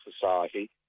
society